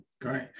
great